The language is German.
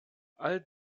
all